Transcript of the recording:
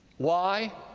why?